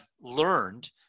learned